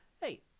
hey